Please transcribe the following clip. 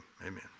amen